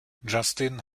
justin